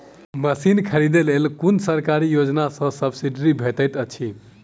Machine खरीदे लेल कुन सरकारी योजना सऽ सब्सिडी भेटैत अछि?